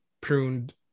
pruned